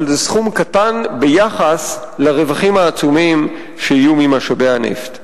אבל זה סכום קטן ביחס לרווחים העצומים שיהיו ממשאבי הנפט.